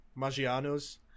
Magiano's